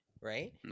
right